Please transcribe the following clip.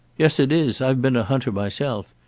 yes it is. i've been a hunter myself.